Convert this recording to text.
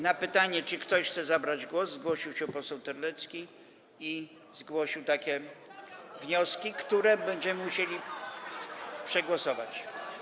Na pytanie, czy ktoś chce zabrać głos, zgłosił się poseł Terlecki i zgłosił takie wnioski, które będziemy musieli przegłosować.